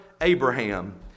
Abraham